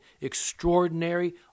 extraordinary